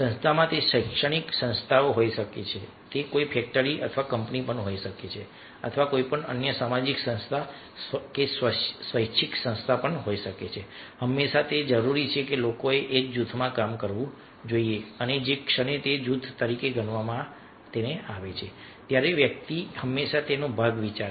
સંસ્થામાં તે શૈક્ષણિક સંસ્થાઓ હોઈ શકે છે તે કોઈ ફેક્ટરી અથવા કંપની હોઈ શકે છે અથવા કોઈપણ અન્ય સામાજિક સંસ્થા સ્વૈચ્છિક સંસ્થા હોઈ શકે છે હંમેશા તે જરૂરી છે કે લોકોએ એક જૂથમાં કામ કરવું જોઈએ અને જે ક્ષણે તે જૂથ તરીકે ગણવામાં આવે છે ત્યારે વ્યક્તિ હંમેશા તેનો ભાગ વિચારે છે